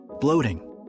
bloating